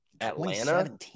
Atlanta